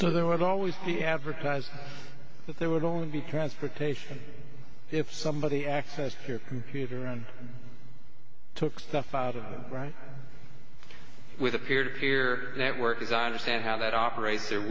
so there was always the advertise that there would only be transportation if somebody accessed your computer and took stuff out of right with a peer to peer network is honest and how that operates there